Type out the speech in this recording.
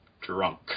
drunk